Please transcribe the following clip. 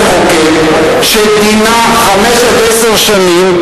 שדינה חמש עד עשר שנים,